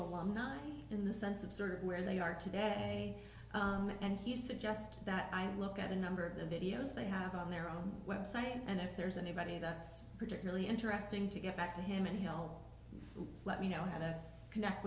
not in the sense of certain where they are today and he suggested that i look at a number of the videos they have on their own website and if there's anybody that's particularly interesting to get back to him and he'll let me know how to connect